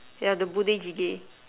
yeah the Budae-Jjigae